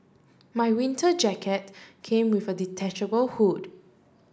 my winter jacket came with a detachable hood